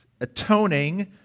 atoning